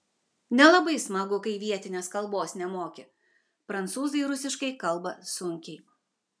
nelabai smagu kai vietinės kalbos nemoki prancūzai rusiškai kalba sunkiai